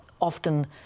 often